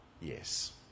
yes